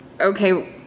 okay